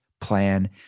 plan